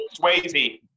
Swayze